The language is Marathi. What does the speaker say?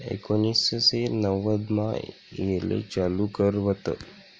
एकोनिससे नव्वदमा येले चालू कर व्हत